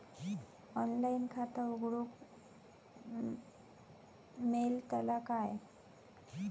Online खाता उघडूक मेलतला काय?